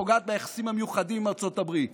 פוגעת ביחסים המיוחדים עם ארצות הברית